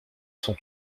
sont